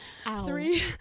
three